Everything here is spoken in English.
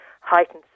heightened